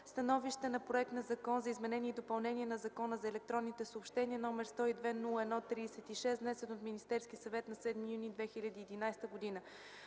„СТАНОВИЩЕ на проект на Закон за изменение и допълнение на Закона за електронните съобщения, № 102-01-36, внесен от Министерския съвет на 7 юни 2011 г.